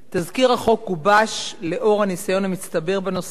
תזכיר החוק גובש לאור הניסיון המצטבר בנושא